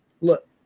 look